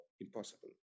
impossible